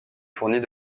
fournit